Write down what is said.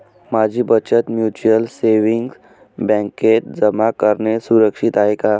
माझी बचत mutual savings बँकेत जमा करणे सुरक्षित आहे का